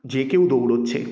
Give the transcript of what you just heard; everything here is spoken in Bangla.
যে কেউ দৌড়োচ্ছে